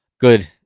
good